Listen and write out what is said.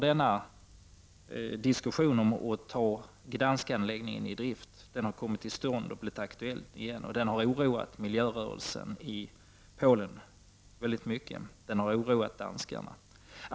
Diskussionen om att ta Gdansk-anläggningen i drift har då blivit aktuell igen, och det har oroat miljörörelsen i Polen och danskarna.